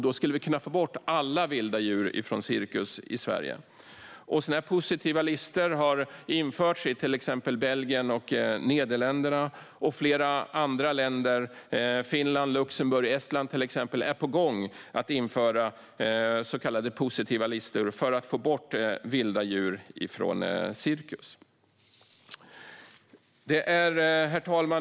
Då skulle man kunna få bort alla vilda djur från cirkus i Sverige. Positiva listor har införts i till exempel Belgien och Nederländerna. Flera andra länder - Finland, Luxemburg och Estland - är på gång att införa så kallade positiva listor för att få bort vilda djur från cirkus. Herr talman!